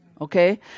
Okay